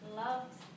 loves